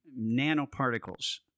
nanoparticles